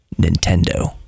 Nintendo